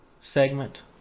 segment